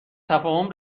تفاهم